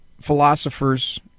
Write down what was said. philosophers